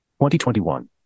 2021